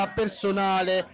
personale